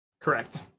Correct